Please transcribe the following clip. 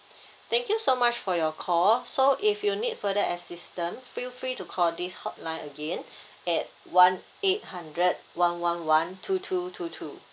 thank you so much for your call so if you need further assistant feel free to call this hotline again at one eight hundred one one one two two two two